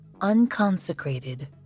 unconsecrated